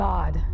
God